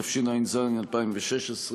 התשע"ז 2016,